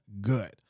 good